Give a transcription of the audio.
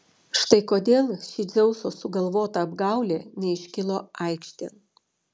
štai kodėl ši dzeuso sugalvota apgaulė neiškilo aikštėn